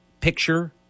picture